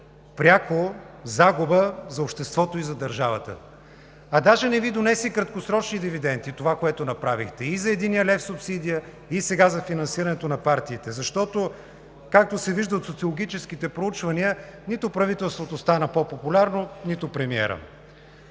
пряка загуба за обществото и за държавата. Даже не Ви донесе и краткосрочни дивиденти това, което направихте – и за единия лев субсидия, и сега за финансирането на партиите, защото както се вижда от социологическите проучвания нито правителството стана по популярно, нито премиерът.